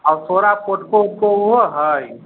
असोरा portico ओर्टिको ओहो हइ